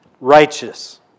righteous